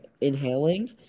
inhaling